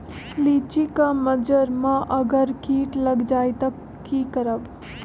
लिचि क मजर म अगर किट लग जाई त की करब?